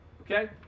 Okay